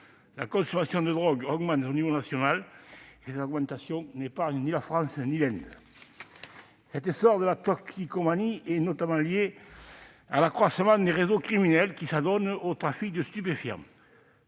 la consommation mondiale de drogue augmente. Cette augmentation n'épargne ni la France ni l'Inde. L'essor de la toxicomanie est notamment lié à l'accroissement des réseaux criminels qui s'adonnent au trafic de stupéfiants.